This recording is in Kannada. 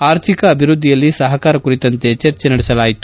ಆರ್ಥಿಕ ಅಭಿವ್ದ್ಧಿಯಲ್ಲಿ ಸಪಕಾರ ಕುರಿತಂತೆ ಚರ್ಚೆ ನಡೆಸಿದರು